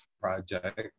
project